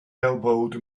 elbowed